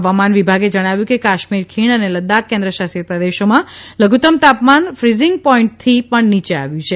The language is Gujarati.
હવામાન વિભાગે જણાવ્યું છે કે કાશ્મીર ખીણ અને લદાખ કેન્દ્રશાસિત પ્રદેશોમાં લઘુતમ તાપમાન ફ્રીજીંગ પોઇન્ટથી નીચે આવ્યું છે